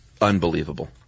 unbelievable